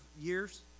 years